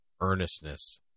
earnestness